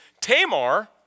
Tamar